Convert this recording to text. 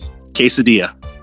Quesadilla